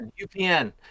UPN